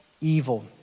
evil